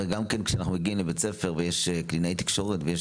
הרי גם כשאנחנו מגיעים לבית ספר יש קלינאי תקשורת ויש